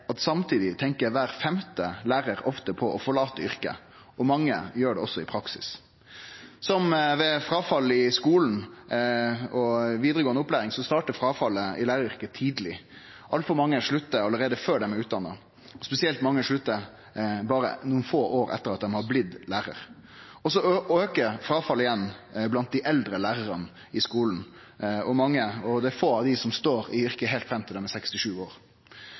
at samtidig tenkjer kvar femte lærar ofte på å forlate yrket, og mange gjer det også i praksis. Som ved fråfall i skolen og vidaregåande opplæring startar fråfallet i læraryrket tidleg. Altfor mange sluttar alt før dei er utdanna, og spesielt mange sluttar berre nokre få år etter at dei har blitt lærar. Så aukar fråfallet igjen blant dei eldre lærarane i skolen, og det er få av dei som står i yrket heilt fram til dei er 67 år.